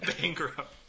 bankrupt